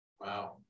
Wow